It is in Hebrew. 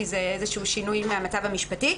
כי זה איזשהו שינוי מהמצב המשפטי,